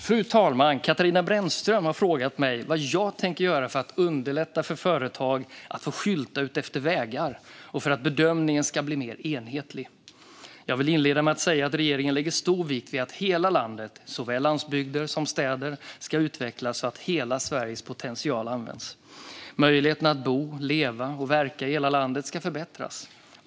Fru talman! har frågat mig vad jag tänker göra för att underlätta för företag att få skylta utefter vägar och för att bedömningen ska bli mer enhetlig. Jag vill inleda med att säga att regeringen lägger stor vikt vid att hela landet, såväl landsbygder som städer, ska utvecklas så att hela Sveriges potential används. Möjligheterna att bo, leva och verka i hela landet ska förbättras.